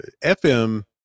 FM